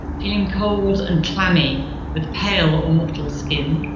feeling cold and clammy with pale or mottled skin,